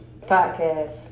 Podcast